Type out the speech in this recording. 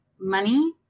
money